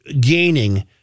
gaining